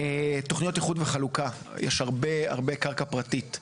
תוכניות איחוד וחלוקה, יש הרבה קרקע פרטית.